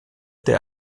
der